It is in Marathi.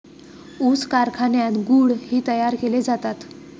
ऊस कारखान्यात गुळ ही तयार केले जातात